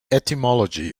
etymology